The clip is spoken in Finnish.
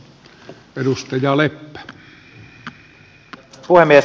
herra puhemies